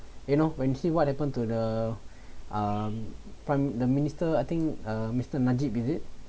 you know when see what happen to the um prime the minister I think uh mister najib is it